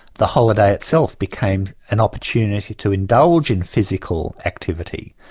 the holiday itself became an opportunity to indulge in physical activity,